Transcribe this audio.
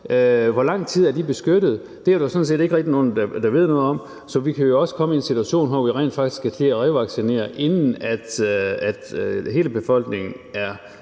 først, er beskyttet. Det er der jo sådan set ikke nogen der ved noget om, så vi kan jo også komme i en situation, hvor vi rent faktisk skal til at revaccinere, inden hele befolkningen er